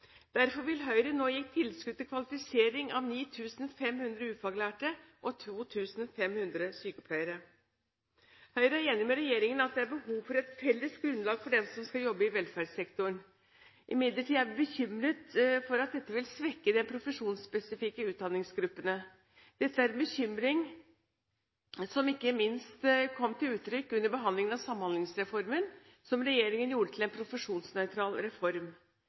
Derfor vil Høyre nå gi tilskudd til kvalifisering av 9 500 ufaglærte og 2 500 sykepleiere. Høyre er enig med regjeringen i at det er behov for et felles grunnlag for dem som skal jobbe i velferdssektoren. Imidlertid er vi bekymret for at dette vil svekke de profesjonsspesifikke utdanningsgruppene. Dette er en bekymring som ikke minst kom til uttrykk under behandlingen av Samhandlingsreformen, som regjeringen gjorde til en profesjonsnøytral reform.